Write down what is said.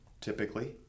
typically